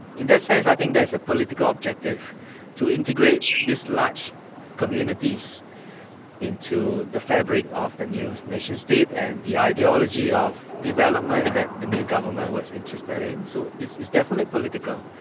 in that sense i think there's a political objective to integrate these large communities into the fabric of the new nation-state and the ideology of development that the new government was interested in. so it's it's definitely political.